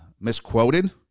misquoted